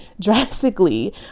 drastically